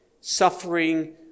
suffering